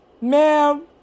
ma'am